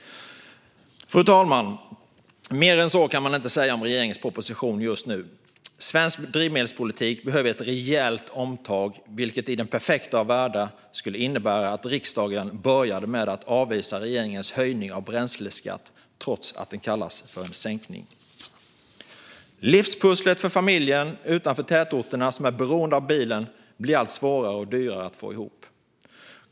Fru talman! Mer än så kan man inte säga om regeringens proposition just nu. Svensk drivmedelspolitik behöver ett rejält omtag, vilket i en perfekt värld skulle innebära att riksdagen börjar med att avvisa regeringens höjning av bränsleskatt trots att den kallas för en sänkning. Livspusslet för familjer utanför tätorterna som är beroende av bilen blir allt svårare och dyrare att få ihop.